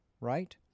right